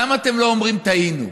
למה אתם לא אומרים: טעינו?